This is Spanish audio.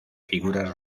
figuras